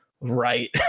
right